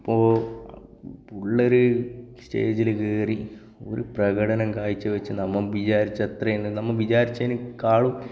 അപ്പോൾ പുള്ളർ സ്റ്റേജിൽ കയറി ഒരു പ്രകടനം കാഴ്ച വച്ചു നമ്മൾ വിചാരിച്ച അത്രയും നമ്മൾ വിചാരിച്ചതിനേക്കാളും